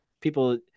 people